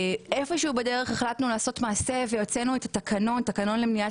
בדרך החלטנו לעשות מעשה והוצאנו תקנון למניעת